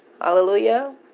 Hallelujah